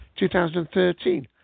2013